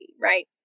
right